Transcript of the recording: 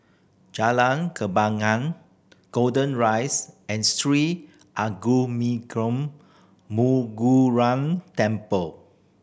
Jalan Kembangan Golden Rise and Sri Temple